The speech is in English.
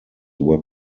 were